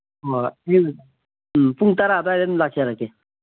ꯎꯝ ꯄꯨꯡ ꯇꯔꯥ ꯑꯗꯨꯋꯥꯏꯗ ꯑꯗꯨꯝ ꯂꯥꯛꯆꯔꯒꯦ